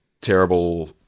terrible